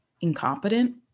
incompetent